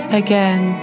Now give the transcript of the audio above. again